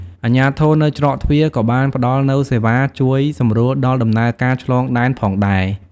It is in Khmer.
អាជ្ញាធរនៅច្រកទ្វារក៏បានផ្តល់នូវសេវាជួយសម្រួលដល់ដំណើរការឆ្លងដែនផងដែរ។